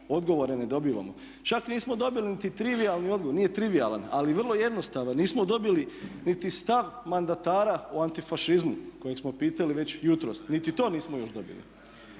odgovore ne dobivamo. Čak nismo dobili niti trivijalni odgovor, nije trivijalan, ali vrlo jednostavan nismo dobili niti stav mandatara o antifašizmu kojeg smo pitali već jutros. Niti to još nismo dobili.